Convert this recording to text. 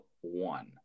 one